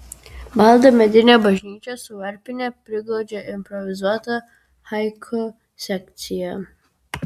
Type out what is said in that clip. balta medinė bažnyčia su varpine priglaudžia improvizuotą haiku sekciją